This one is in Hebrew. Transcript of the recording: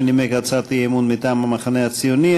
שנימק הצעת אי-אמון מטעם המחנה הציוני.